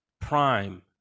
prime